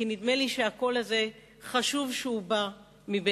כי נדמה לי שהקול הזה, חשוב שהוא בא מבית-הנבחרים.